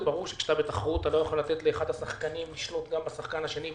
ברור שבתחרות אתה לא יכול לתת לשחקן לשלוט בשחקן השני,